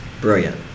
brilliant